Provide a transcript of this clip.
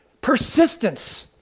persistence